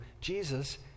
Jesus